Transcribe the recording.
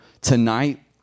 tonight